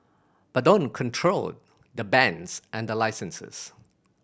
but don't control the bands and the licenses